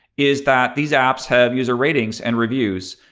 is that these apps have user ratings and reviews.